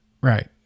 Right